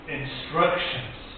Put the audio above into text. instructions